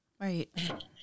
right